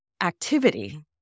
activity